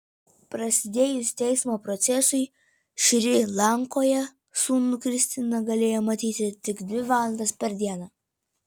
prasidėjus teismo procesui šri lankoje sūnų kristina galėjo matyti tik dvi valandas per dieną